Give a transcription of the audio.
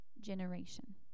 generation